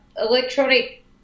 electronic